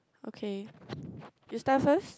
okay you start first